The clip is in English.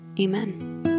Amen